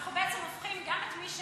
אנחנו בעצם הופכים גם את מי,